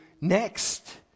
next